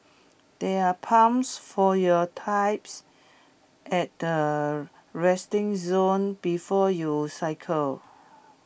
there are pumps for your types at the resting zone before you cycle